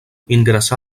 ingressà